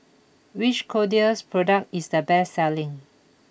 which Kordel's product is the best selling